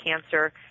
cancer